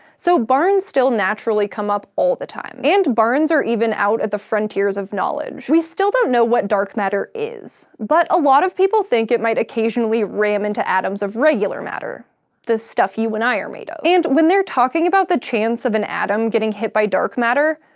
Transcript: so barns still naturally come up all the time. and barns are even out at the frontiers of knowledge. we still don't know what dark matter is, but a lot of people think it might occasionally ram into atoms of regular matter the stuff you and i are made of. and when they're talking about the chance of an atom getting hit by dark matter,